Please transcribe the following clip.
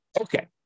Okay